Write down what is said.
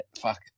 fuck